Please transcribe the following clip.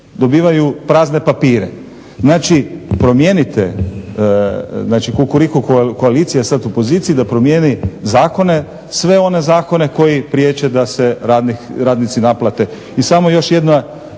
Dobivaju prazne papire. Znači promijenite, znači Kukuriku koalicija je sad u poziciji da promijeni zakone, sve one zakone koji priječe da se radnici naplate. I samo još jedna